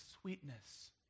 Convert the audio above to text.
sweetness